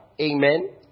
Amen